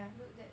built that